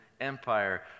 Empire